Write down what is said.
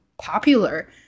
popular